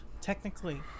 technically